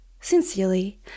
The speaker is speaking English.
Sincerely